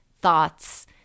thoughts